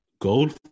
gold